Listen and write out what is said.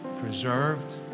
preserved